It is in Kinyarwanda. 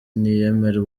ntiyemera